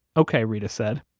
ok, reta said.